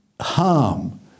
harm